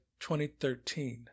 2013